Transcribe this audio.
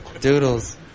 Doodles